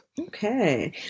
Okay